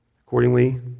Accordingly